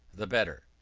the better.